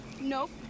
Nope